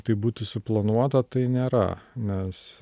tai būtų suplanuota tai nėra nes